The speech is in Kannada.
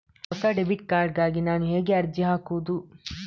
ಹೊಸ ಡೆಬಿಟ್ ಕಾರ್ಡ್ ಗಾಗಿ ನಾನು ಹೇಗೆ ಅರ್ಜಿ ಹಾಕುದು?